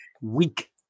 weak